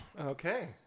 Okay